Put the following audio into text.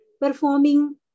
performing